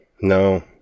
No